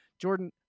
Jordan